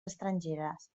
estrangeres